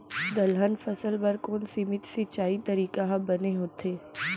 दलहन फसल बर कोन सीमित सिंचाई तरीका ह बने होथे?